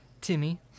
Timmy